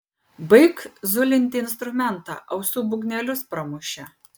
baik zulinti instrumentą ausų būgnelius pramuši